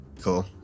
Cool